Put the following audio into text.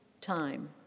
time